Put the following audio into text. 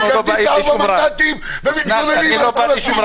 מגרדים את הארבעה מנדטים ומתלוננים על כל ---.